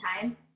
time